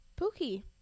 pookie